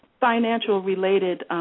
financial-related